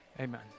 amen